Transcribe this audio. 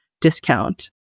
discount